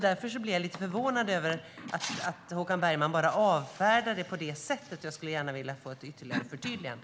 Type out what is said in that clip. Jag blev lite förvånad över att Håkan Bergman bara avfärdar det på det här sättet. Jag skulle gärna vilja få ett ytterligare förtydligande.